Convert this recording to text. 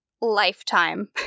lifetime